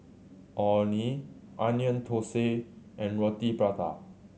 Orh Nee Onion Thosai and Roti Prata